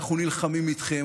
אנחנו נלחמים איתכם,